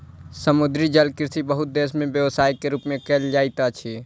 समुद्री जलकृषि बहुत देस में व्यवसाय के रूप में कयल जाइत अछि